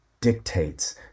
dictates